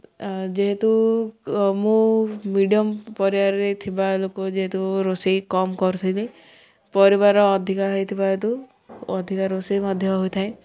ଯେହେତୁ ମୁଁ ମିଡ଼ିଅମ୍ ପରିବାରରେ ଥିବା ଲୋକ ଯେହେତୁ ରୋଷେଇ କମ୍ କରୁଥିଲି ପରିବାର ଅଧିକା ହୋଇଥିବା ହେତୁ ଅଧିକା ରୋଷେଇ ମଧ୍ୟ ହୋଇଥାଏ